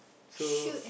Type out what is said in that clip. so